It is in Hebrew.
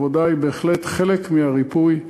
העבודה היא בהחלט חלק מהריפוי,